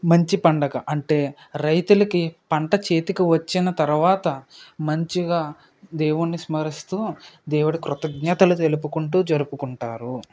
మంచి పండుగ అంటే రైతులకి పంట చేతికి వచ్చిన తరువాత మంచిగా దేవుణ్ణి స్మరిస్తు దేవుడికి కృతజ్ఞతలు తెలుపుకుంటు జరుపుకుంటారు